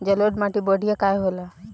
जलोड़ माटी बढ़िया काहे होला?